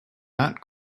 not